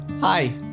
Hi